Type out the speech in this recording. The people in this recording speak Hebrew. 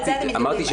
ולזה אתם מתנגדים,